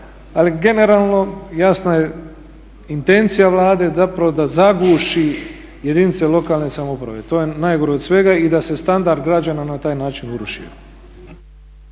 Ali generalno jasno je, intencija Vlade zapravo da zagluši jedinice lokalne samouprave. To je najgore od svega i da se standard građana na taj način urušio.